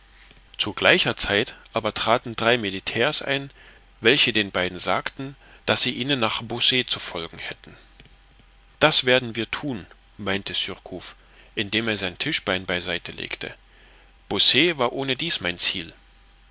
zu gleicher zeit aber traten drei militairs ein welche den beiden sagten daß sie ihnen nach beausset zu folgen hätten das werden wir thun meinte surcouf indem er sein tischbein bei seite legte beausset war ohnedies mein ziel